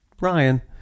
Ryan